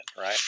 right